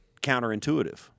counterintuitive